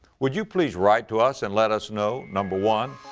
would you please write to us and let us know. number one,